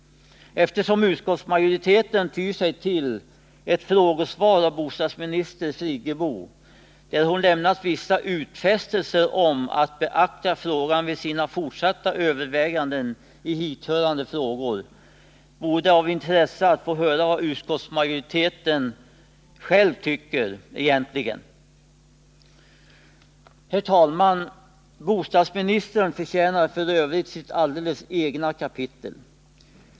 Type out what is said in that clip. Eftersom utskottsmajoriteten tyr sig till ett frågesvar av bostadsminister Friggebo, där hon lämnat vissa utfästelser om att beakta de nya villkoren för bottenlån i sina fortsatta överväganden i hithörande frågor, vore det av intresse att få höra vad utskottsmajoriteten själv egentligen tycker. Fru talman! Bostadsministern förtjänar f. ö. sitt alldeles egna kapitel.